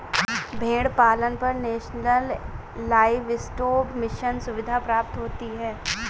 भेड़ पालन पर नेशनल लाइवस्टोक मिशन सुविधा प्राप्त होती है